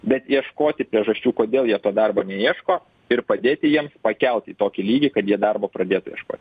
bet ieškoti priežasčių kodėl jie to darbo neieško ir padėti jiems pakelt į tokį lygį kad jie darbo pradėtų ieškot